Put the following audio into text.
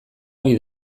ohi